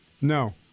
No